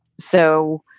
so,